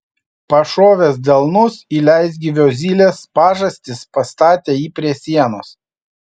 pašovęs delnus į leisgyvio zylės pažastis pastatė jį prie sienos